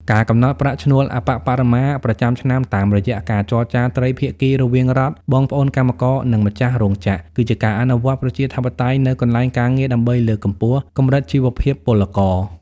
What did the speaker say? ការកំណត់ប្រាក់ឈ្នួលអប្បបរមាប្រចាំឆ្នាំតាមរយៈការចរចាត្រីភាគីរវាងរដ្ឋ បងប្អូនកម្មករ និងម្ចាស់រោងចក្រ គឺជាការអនុវត្តប្រជាធិបតេយ្យនៅកន្លែងការងារដើម្បីលើកកម្ពស់កម្រិតជីវភាពពលករ។